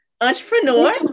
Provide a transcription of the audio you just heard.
entrepreneur